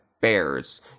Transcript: bears